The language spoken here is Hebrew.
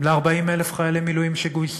ל-40,000 חיילי מילואים שגויסו?